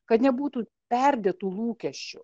kad nebūtų perdėtų lūkesčių